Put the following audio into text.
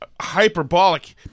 hyperbolic